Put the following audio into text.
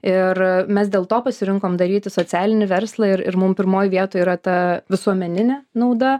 ir mes dėl to pasirinkom daryti socialinį verslą ir ir mum pirmoj vietoj yra ta visuomeninė nauda